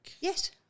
Yes